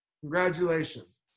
Congratulations